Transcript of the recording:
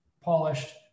polished